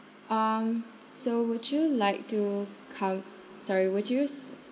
um so would you like to come sorry would you